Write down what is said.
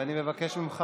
אני כועס עליך.